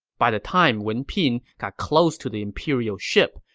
by the time wen pin got close to the imperial ship,